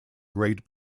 great